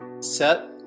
Set